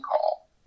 call